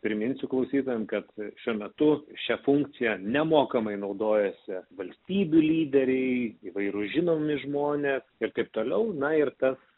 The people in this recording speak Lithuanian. priminsiu klausytojams kad šiuo metu šia funkcija nemokamai naudojasi valstybių lyderiai įvairūs žinomi žmonės ir taip toliau na ir tas